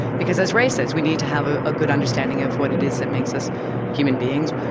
because as rai says, we need to have a ah good understanding of what it is that makes us human beings.